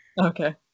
Okay